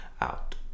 out